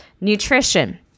Nutrition